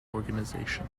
organization